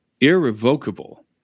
irrevocable